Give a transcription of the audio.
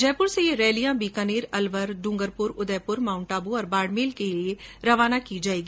जयपुर से ये रैलियाँ बीकानेर अलवर डूंगरपुर उदयपुर माउंटआबू और बाड़मेर के लिए रवाना की जाएगी